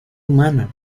humana